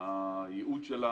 הייעוד שלה